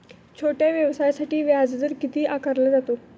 छोट्या व्यवसायासाठी व्याजदर किती आकारला जातो?